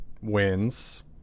wins